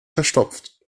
verstopft